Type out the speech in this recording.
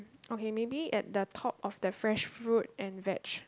okay maybe at the top of the fresh fruit and veg